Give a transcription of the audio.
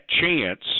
chance